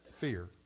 fear